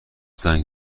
زنگ